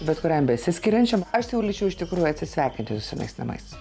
bet kuriam besiskiriančiam aš siūlyčiau iš tikrųjų atsisveikinti su mėgstamais